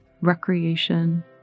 recreation